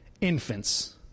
infants